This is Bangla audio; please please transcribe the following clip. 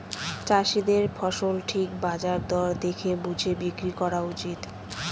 চাষীদের ফসল ঠিক বাজার দর দেখে বুঝে বিক্রি করা উচিত